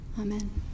Amen